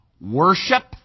Worship